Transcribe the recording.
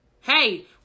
Hey